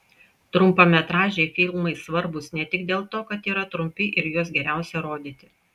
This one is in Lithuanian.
trumpametražiai filmai svarbūs ne tik dėl to kad yra trumpi ir juos geriausia rodyti